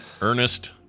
Ernest